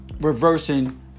reversing